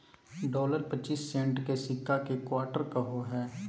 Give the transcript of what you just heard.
dollar पच्चीस cent के सिक्का के क्वार्टर कहो हइ